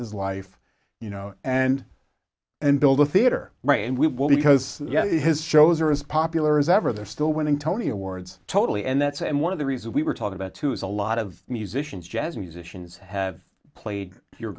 his life you know and and build the theater right and we will because his shows are as popular as ever they're still winning tony awards totally and that's and one of the reasons we were talking about too is a lot of musicians jazz musicians have played your